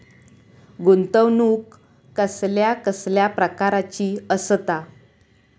गुंतवणूक कसल्या कसल्या प्रकाराची असता?